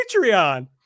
Patreon